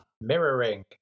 Mirroring